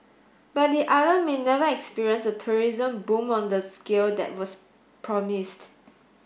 but the island may never experience a tourism boom on the scale that was promised